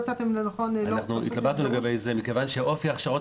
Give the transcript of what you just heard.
אנחנו התלבטנו לגבי זה מכיוון שאופי ההכשרות,